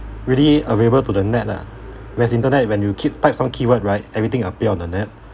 really available to the net lah whereas internet when you keep type some keyword right everything appear on the net